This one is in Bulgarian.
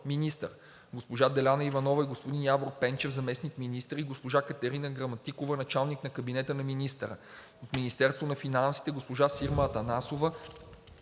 госпожа Дeляна Иванова и господин Явор Пенчев – заместник-министри, и госпожа Катерина Граматикова –началник на кабинета на министъра; от Министерството на финансите: госпожа Сирма Атанасова